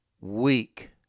weak